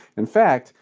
in fact,